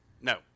No